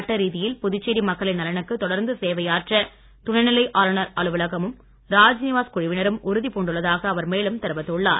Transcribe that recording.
சட்டரீதியில் புதுச்சேரி மக்களின் நலனுக்கு தொடர்ந்து சேவையாற்ற துணைநிலை ஆளுநர் அலுவலகமும் ராஜ்நிவாஸ் குழுவினரும் உறுதி பூண்டுள்ளதாக அவர் மேலும் தெரிவித்துள்ளார்